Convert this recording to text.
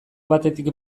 batetik